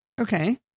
Okay